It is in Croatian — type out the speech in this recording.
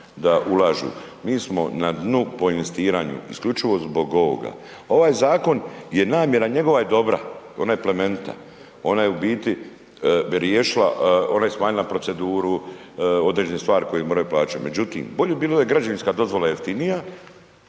da ulažu. Mi smo na dnu po investiranju isključivo zbog ovoga. Ovaj zakon je namjera njegova je dobra, ona je plemenita, ona je u biti bi riješila, ona je smanjila proceduru, određene stvari koje moraju plaćat. Međutim, bolje bi bilo da je građevinska dozvola jeftinija,